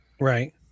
Right